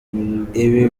ibi